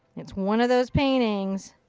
it's one of those paintings.